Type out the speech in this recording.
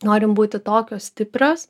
norim būti tokios stiprios